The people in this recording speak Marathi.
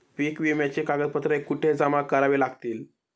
पीक विम्याची कागदपत्रे कुठे जमा करावी लागतील?